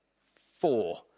four